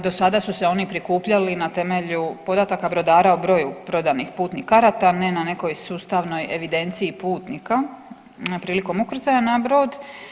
Do sada su se oni prikupljali na temelju podataka brodara o broju prodanih putnih karata, ne na nekoj sustavnoj evidenciji putnika prilikom ukrcaja na brod.